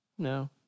No